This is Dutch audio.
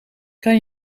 kan